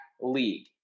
league